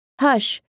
Hush